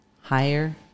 higher